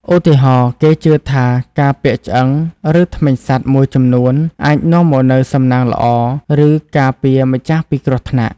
ឧទាហរណ៍ គេជឿថាការពាក់ឆ្អឹង ឬធ្មេញសត្វមួយចំនួនអាចនាំមកនូវសំណាងល្អ ឬការពារម្ចាស់ពីគ្រោះថ្នាក់។